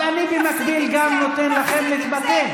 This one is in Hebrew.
אני במקביל גם נותן לאחרים להתבטא.